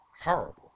horrible